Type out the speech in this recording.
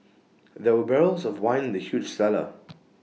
there were barrels of wine in the huge cellar